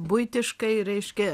buitiškai reiškia